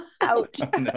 ouch